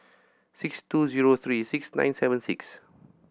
six two zero three six nine seven six